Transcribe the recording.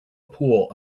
pool